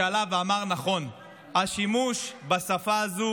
שעלה ואמר נכון: השימוש בשפה הזו